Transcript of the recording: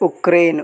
Ukraine